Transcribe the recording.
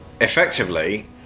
Effectively